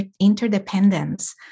interdependence